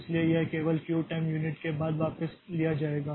इसलिए यह केवल क्यू टाइम यूनिट के बाद वापस लिया जाएगा